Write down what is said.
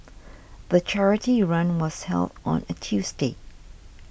the charity run was held on a Tuesday